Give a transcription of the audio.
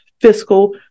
fiscal